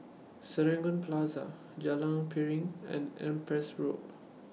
Serangoon Plaza Jalan Piring and Empress Road